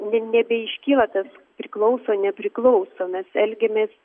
ne ne nebeiškyla tas priklauso nepriklauso mes elgiamės